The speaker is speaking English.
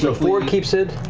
so fjord keeps it,